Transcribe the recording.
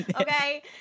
okay